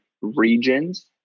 Regions